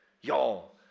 Y'all